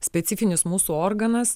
specifinis mūsų organas